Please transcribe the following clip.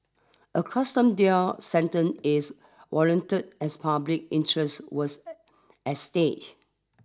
a custom deal sentence is warranted as public interest was at stake